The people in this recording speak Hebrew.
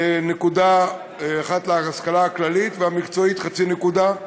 נקודה אחת להשכלה הכללית, ולמקצועית, חצי נקודה.